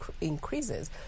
increases